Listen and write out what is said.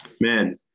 man